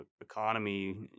economy